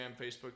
Facebook